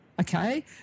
okay